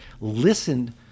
listened